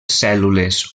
cèl·lules